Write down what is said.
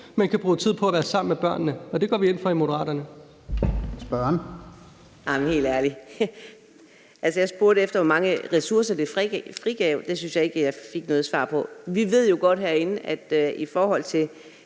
men kan bruge tid på at være sammen med børnene, og det går vi ind for i Moderaterne.